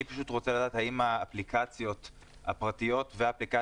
אני פשוט רוצה לדעת האם האפליקציות הפרטיות והאפליקציה